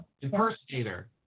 Impersonator